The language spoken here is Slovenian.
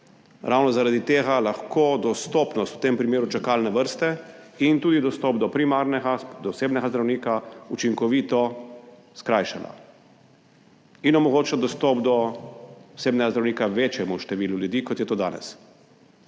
ravno zaradi tega lahko dostopnost v tem primeru čakalne vrste in tudi dostop do primarnega, do osebnega zdravnika učinkovito skrajšana in omogoča dostop do osebnega zdravnika večjemu številu ljudi kot je to danes.